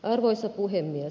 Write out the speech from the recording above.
arvoisa puhemies